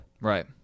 Right